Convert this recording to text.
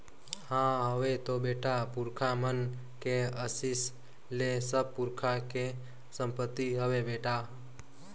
हां हवे तो बेटा, पुरखा मन के असीस ले सब पुरखा के संपति हवे बेटा